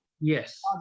Yes